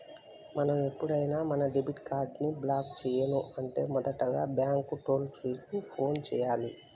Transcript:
మనం ఎప్పుడైనా మన డెబిట్ కార్డ్ ని బ్లాక్ చేయను అంటే మొదటగా బ్యాంకు టోల్ ఫ్రీ కు ఫోన్ చేయాలి